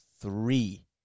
three